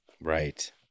Right